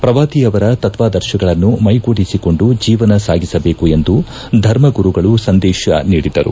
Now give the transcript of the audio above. ಪ್ರವಾದಿಯವರ ತತ್ವಾರ್ದಶಗಳನ್ನು ಮೈಗೂಡಿಸಿಕೊಂಡು ಜೀವನ ಸಾಗಿಸ ಬೇಕು ಎಂದು ಧರ್ಮಗುರುಗಳು ಸಂದೇಶ ನೀಡಿದರು